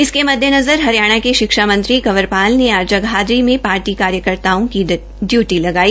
इसके मददेनजर हरियाणा के शिक्षा मंत्री कवरपाल ने आज जगाधरी में पार्टी कार्यकर्ताओं की डयुटी लगाई